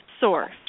source